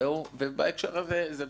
בהקשר הזה, זה בסדר.